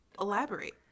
elaborate